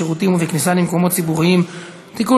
בשירותים ובכניסה למקומות ציבוריים (תיקון